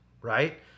right